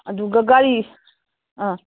ꯑꯗꯨꯒ ꯒꯥꯔꯤ ꯑꯥ